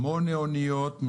שמונה אוניות.